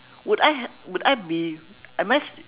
would I would I be am I